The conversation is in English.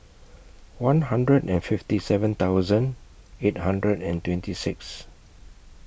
one hundred and fifty seven thousand eight hundred and twenty six